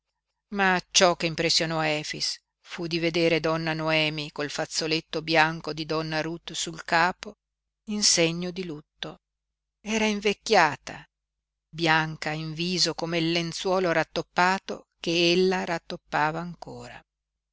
ma ciò che impressionò efix fu di vedere donna noemi col fazzoletto bianco di donna ruth sul capo in segno di lutto era invecchiata bianca in viso come il lenzuolo rattoppato che ella rattoppava ancora